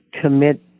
commit